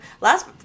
last